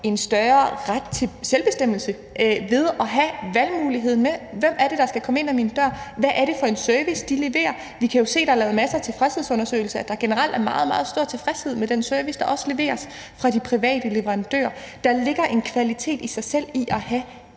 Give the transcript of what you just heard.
en større ret til selvbestemmelse ved at have valgmuligheden mellem, hvem det er, der skal komme ind ad døren, og hvad det er for en service, de leverer. Der er lavet masser af tilfredshedsundersøgelser, og vi kan jo se, at der generelt er meget, meget stor tilfredshed med den service, der leveres af de private leverandører. Der ligger en kvalitet i sig selv i at have